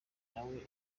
nawe